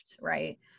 right